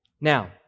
Now